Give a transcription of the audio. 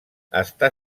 està